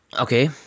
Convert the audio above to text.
Okay